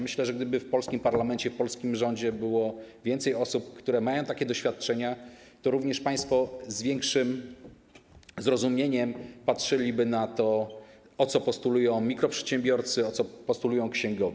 Myślę, że gdyby w polskim parlamencie, w polskim rządzie było więcej osób, które mają takie doświadczenia, to również państwo z większym zrozumieniem patrzyliby na to, o co postulują mikro przedsiębiorcy, o co postulują księgowi.